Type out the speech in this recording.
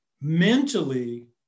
Mentally